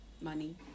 money